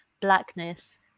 blackness